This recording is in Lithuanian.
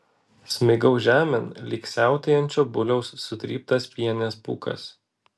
smigau žemėn lyg siautėjančio buliaus sutryptas pienės pūkas